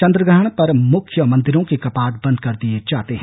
चन्द्रग्रहण पर मुख्य मंदिरों के कपाट बेंद कर दिये जाते हैं